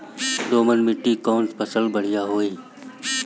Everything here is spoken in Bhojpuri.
दोमट माटी में कौन फसल बढ़ीया होई?